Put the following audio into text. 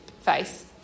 face